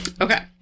Okay